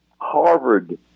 Harvard